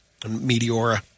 Meteora